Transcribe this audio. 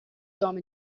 جام